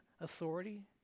authority